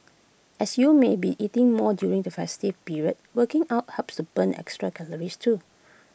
as you may be eating more during the festive period working out helps to burn the extra calories too